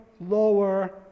lower